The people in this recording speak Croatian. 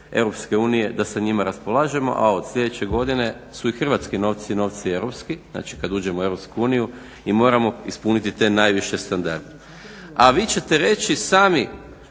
novce EU da sa njima raspolažemo a od sljedeće godine su i hrvatski novci europski, znači kad uđemo u EU moramo i moramo ispuniti te najviše standarde. A vi ćete reći sami